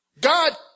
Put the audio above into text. God